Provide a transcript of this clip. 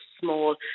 small